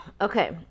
okay